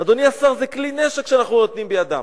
אדוני השר, זה כלי נשק שאנחנו נותנים בידם.